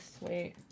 Wait